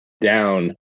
down